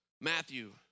Matthew